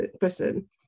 person